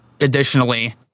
additionally